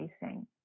facing